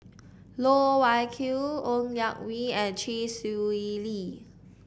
Loh Wai Kiew Ng Yak Whee and Chee Swee Lee